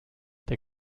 der